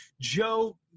joe